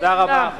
לכולם.